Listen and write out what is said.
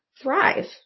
thrive